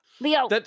Leo